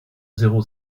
zéro